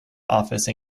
office